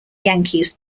yankees